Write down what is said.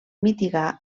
mitigar